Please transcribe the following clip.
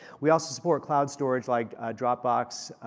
we ah so store cloud storage like dropbox,